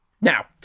Now